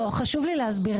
לא, חשוב לי להסביר את זה.